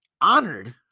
Honored